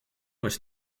was